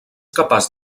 capaç